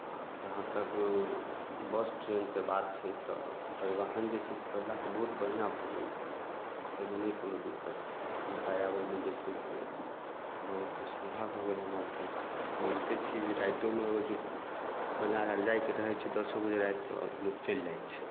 आ जहाँ तक बस ट्रेनके बात छै तऽ परिवहन जे छै से पहिले सऽ बढ़िऑं भऽ गेलै हँ ताहिमे नहि कोनो दिक्कत छै जाय आबैमे जे छै से बहुत सुबिधा भऽ गेलै हन आब तऽ बुझिते छियै जे राइतोमे बजार आर जायके रहै छै दसो बजे राति कऽ तऽ लोक चलि जाय छै